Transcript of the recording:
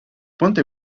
ponte